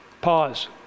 Pause